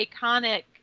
iconic